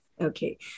Okay